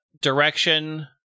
direction